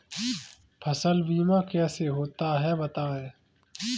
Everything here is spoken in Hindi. फसल बीमा कैसे होता है बताएँ?